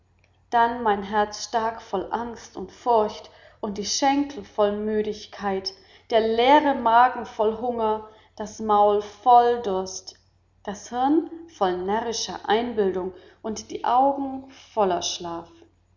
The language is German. dann mein herz stak voll angst und forcht die schenkel voll müdigkeit der leere magen voll hunger das maul voll durst das hirn voll närrischer einbildung und die augen voller schlaf